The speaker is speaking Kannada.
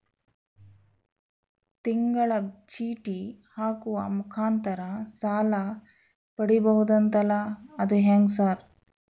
ತಿಂಗಳ ಚೇಟಿ ಹಾಕುವ ಮುಖಾಂತರ ಸಾಲ ಪಡಿಬಹುದಂತಲ ಅದು ಹೆಂಗ ಸರ್?